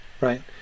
right